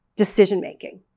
decision-making